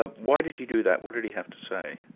ah why did he do that, what did he have to say?